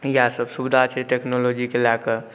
इएहसब सुविधा छै टेक्नोलॉजीके लऽ कऽ